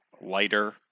Lighter